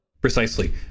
Precisely